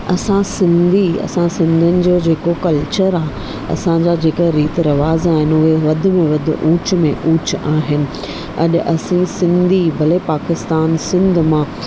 असां सिंधी असां सिंधीयुनि जो जेको कल्चर आहे असांजा जेका रीति रवाजु आहिनि उहे वधि में वधि ऊच में ऊच आहिनि अॼु असूं सिंधी भले पाकिस्तान सिंध मां